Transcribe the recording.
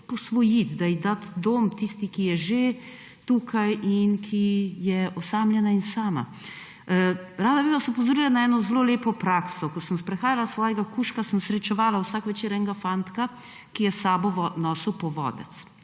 posvojiti, ji dati dom, tisti, ki je že tukaj in ki je osamljena in sama. Rada bi vas opozorila na eno zelo lepo prakso. Ko sem sprehajala svojega kužka, sem srečevala vsak večer nekega fantka, ki je s sabo nosil povodec.